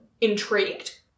intrigued